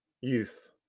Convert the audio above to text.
youth